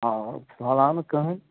آ فِلحال آو نہٕ کٕہٕنۍ